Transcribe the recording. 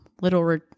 little